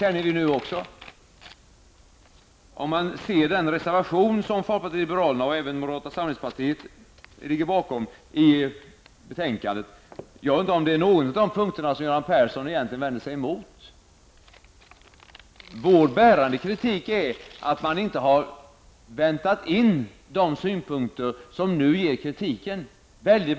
Jag undrar om Göran Persson egentligen vänder sig emot någon av de punkter som finns i den reservation till betänkandet som folkpartiet liberalerna, och även moderata samlingspartiet, ligger bakom. Vår bärande kritik är att man inte väntat in de kritiska synpunkter som nu förts fram.